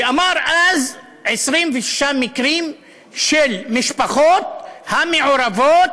ואמר אז: 26 מקרים של משפחות המעורבות